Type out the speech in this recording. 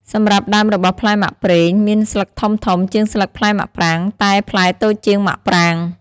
សម្រាប់់ដើមរបស់ផ្លែមាក់ប្រេងមានស្លឹកធំៗជាងស្លឹកផ្លែមាក់ប្រាង តែផ្លែតូចជាងមាក់ប្រាង។